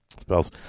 spells